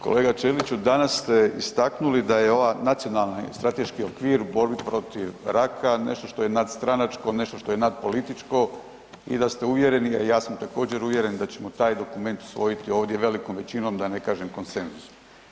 Kolega Ćeliću danas ste istaknuli da je ovaj Nacionalni strateški okvir u borbi protiv raka nešto što je nadstranačko, nešto što je nadpolitički i da ste uvjereni, a i ja sam također uvjeren da ćemo taj dokument usvojiti ovdje velikom većinom da ne kažem konsenzusom.